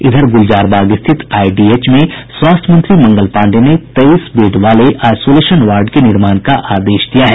इधर गुलजारबाग स्थित आईडीएच में स्वास्थ्य मंत्री मंगल पाण्डेय ने तेईस बेड वाले आईसोलेशन वार्ड के निर्माण का आदेश दिया है